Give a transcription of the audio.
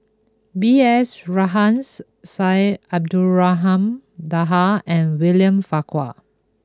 B S Rajhans Syed Abdulrahman Taha and William Farquhar